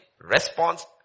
Response